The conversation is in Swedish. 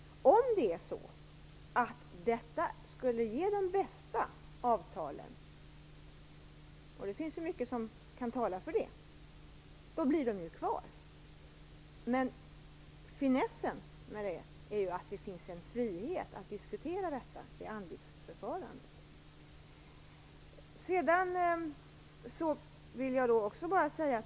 Om det skulle ge det bästa avtalet, och det finns mycket som talar för det, bli de kvar. Men finessen är att det ger en frihet att diskutera detta i anbudsförfarandet.